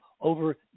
over